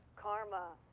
k'harma.